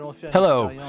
Hello